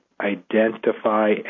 identify